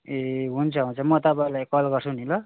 ए हुन्छ हुन्छ म तपाईँलाई कल गर्छु नि ल